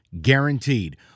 guaranteed